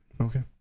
Okay